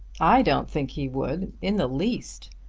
i don't think he would in the least.